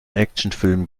actionfilm